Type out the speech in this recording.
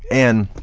and